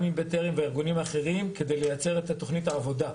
גם עם בטרם והארגונים האחרים כדי לייצר תוכנית עבודה.